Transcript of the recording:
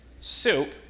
soup